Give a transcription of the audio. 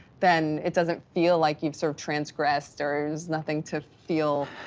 then it doesn't feel like you've sort of transgressed or is nothing to feel,